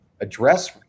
address